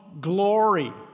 glory